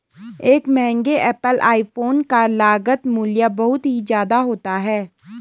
एक महंगे Apple iPhone का लागत मूल्य बहुत ही ज्यादा होता है